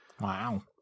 Wow